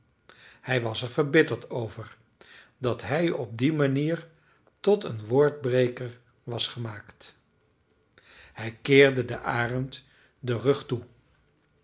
hij was er verbitterd over dat hij op die manier tot een woordbreker was gemaakt hij keerde den arend den rug toe